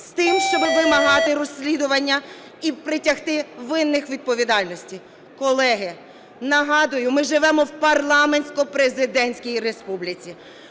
з тим, щоби вимагати розслідування і притягти винних до відповідальності. Колеги, нагадую, ми живемо в парламентсько-президентській республіці.